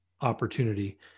opportunity